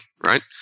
right